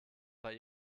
bei